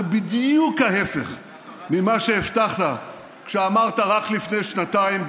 זה בדיוק ההפך ממה שהבטחת כשאמרת רק לפני שנתיים,